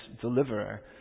deliverer